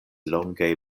longaj